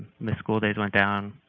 missed school days went down,